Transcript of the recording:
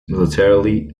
militarily